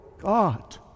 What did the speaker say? God